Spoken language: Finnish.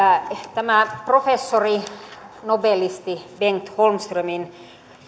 tämä professori nobelisti bengt holmströmin